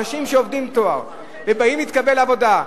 אנשים שיש להם תואר ובאים להתקבל לעבודה,